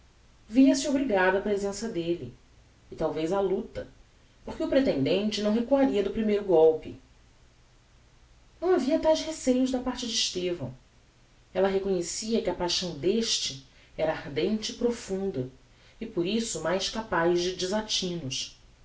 baroneza via-se obrigada á presença delle e talvez á luta porque o pretendente não recuaria do primeiro golpe não havia taes receios da parte de estevão ella reconhecia que a paixão deste era ardente e profunda e por isso mais capaz de desatinos